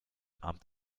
abend